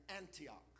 Antioch